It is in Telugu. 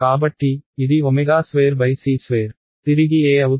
కాబట్టి ఇది ² c2 తిరిగి E అవుతుంది